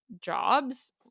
jobs